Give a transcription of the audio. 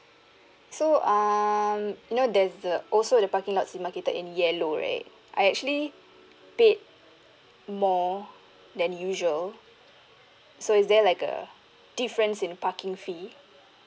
so um you know there's the also the parking lots that marketed in yellow right I actually paid more than usual so is there like a difference in parking fee